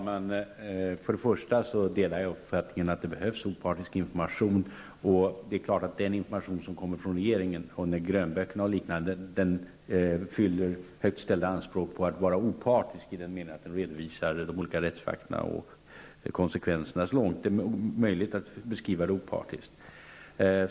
Herr talman! Jag delar uppfattningen att det behövs opartisk information, och det är klart att den information som kommer från regeringen, i grönböcker och liknande, uppfyller högt ställda anspråk på opartiskhet i den meningen att den redovisar olika rättsfakta och konsekvenser så långt det är möjligt att beskriva detta opartiskt.